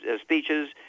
speeches